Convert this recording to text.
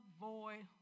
void